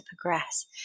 progress